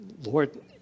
Lord